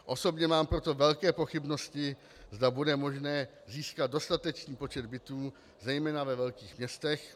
Osobně mám proto velké pochybnosti, zda bude možné získat dostatečný počet bytů zejména ve velkých městech.